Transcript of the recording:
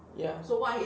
ya